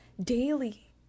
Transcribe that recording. daily